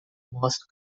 most